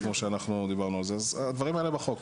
אז הדברים האלה בחוק.